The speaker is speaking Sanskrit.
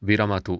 विरमतु